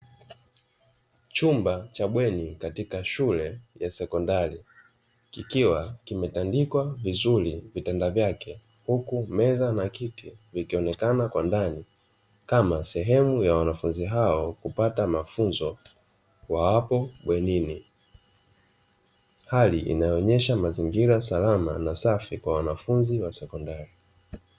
Chumba cha bweni katika shule ya sekondari, kikiwa kimetandikwa vizuri vitanda vyake, Huku meza na kiti vikionekana kwa ndani lama sehemu ya wanafunzi hao kupata mafunzo wawapo bwenini, hali inayoonyesha mazingira salama na safi kwa wanafunzi wa sekondari.